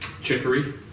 chicory